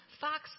fox